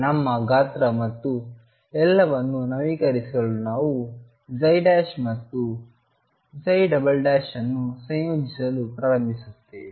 ನಮ್ಮ ಗಾತ್ರ ಮತ್ತು ಎಲ್ಲವನ್ನೂ ನವೀಕರಿಸಲು ನಾವು ಮತ್ತು ಅನ್ನು ಸಂಯೋಜಿಸಲು ಪ್ರಾರಂಭಿಸುತ್ತೇವೆ